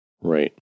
Right